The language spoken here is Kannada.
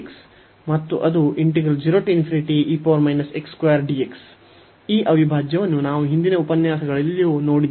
ಮತ್ತು ಅದು ಈ ಅವಿಭಾಜ್ಯವನ್ನು ನಾವು ಹಿಂದಿನ ಉಪನ್ಯಾಸಗಳಲ್ಲಿಯೂ ನೋಡಿದ್ದೇವೆ